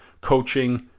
coaching